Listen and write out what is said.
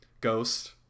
Ghost